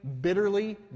bitterly